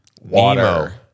Water